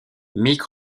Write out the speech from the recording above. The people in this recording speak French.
mick